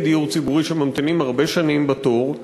דיור ציבורי שממתינים הרבה שנים בתור?